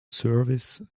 service